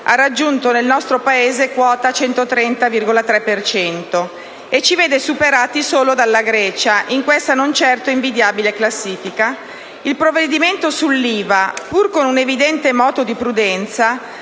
ha raggiunto nel nostro Paese quota 130,3 per cento, e ci vede superati solo dalla Grecia in questa non certo invidiabile classifica), il provvedimento sull'IVA, pur con un evidente moto di prudenza,